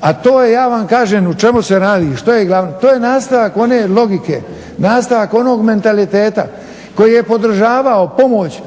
A to je, ja vam kažem o čemu se radi, što je glavno. To je nastavak one logike, nastavak onog mentaliteta koji je podržavao pomoć